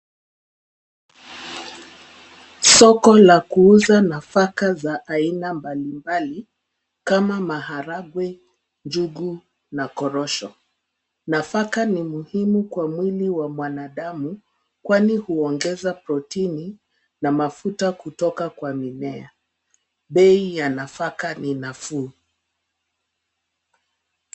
Soko la kuuza nafaka za aina mbalimbali kama maharagwe, njungu na korosho. Nafaka ni muhimu kwa mwili wa mwanadamu kwani huongeza protini na mafuta kutoka kwa mimea. Bei ya nafaka ni nafuu.